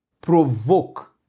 provoke